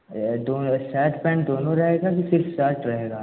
अरे यार दोनों सर्ट पैंट दोनों रहेगा कि सिर्फ़ सर्ट रहेगा